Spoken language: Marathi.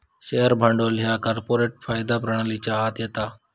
शेअर भांडवल ह्या कॉर्पोरेट कायदा प्रणालीच्या आत येता